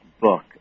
book